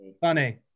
Funny